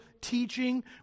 teaching